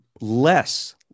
less